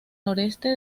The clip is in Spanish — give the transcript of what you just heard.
noroeste